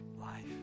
life